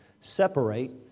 separate